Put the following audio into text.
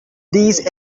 these